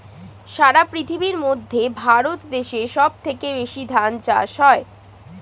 সারা পৃথিবীর মধ্যে ভারত দেশে সব থেকে বেশি ধান চাষ হয়